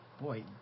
Boy